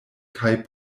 kaj